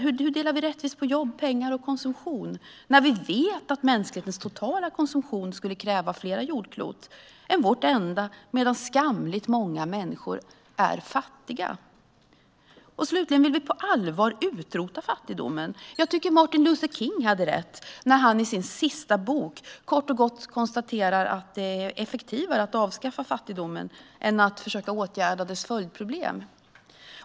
Hur delar vi rättvist på jobb, pengar och konsumtion när vi vet att mänsklighetens totala konsumtion skulle kräva fler jordklot än vårt enda, medan skamligt många människor är fattiga? Och slutligen: Vill vi på allvar utrota fattigdomen? Martin Luther King hade rätt när han i sin sista bok kort och gott konstaterade att det är effektivare att avskaffa fattigdomen än att försöka att åtgärda dess följdproblem.